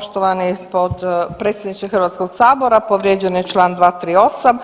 Poštovani predsjedniče Hrvatskog sabora povrijeđen je Član 238.,